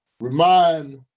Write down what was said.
Remind